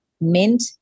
mint